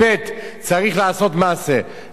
ואדוני היושב-ראש, מה שצריכים לעשות